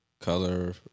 Color